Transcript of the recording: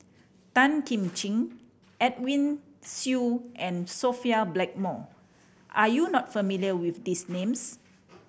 Tan Kim Ching Edwin Siew and Sophia Blackmore are you not familiar with these names